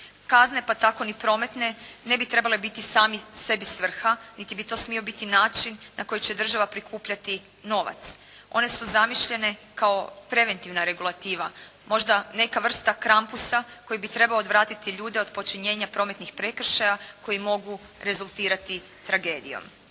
Kazne, pa tako ni prometne ne bi trebali biti sami sebi svrha, niti bi to smio biti način na koji će država prikupljati novac. One su zamišljene kao preventivna regulativa, možda neka vrsta krampusa koji bi trebao odvratiti ljude od počinjenja prometnih prekršaja koji mogu rezultirati tragedijom.